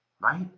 right